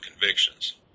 convictions